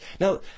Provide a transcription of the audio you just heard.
Now